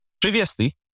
previously